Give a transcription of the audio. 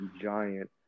giant